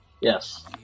Yes